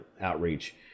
outreach